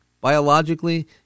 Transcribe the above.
Biologically